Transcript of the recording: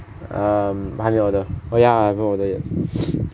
um 还没有 order oh ya haven't order yet